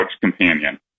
companion